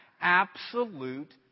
absolute